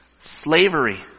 Slavery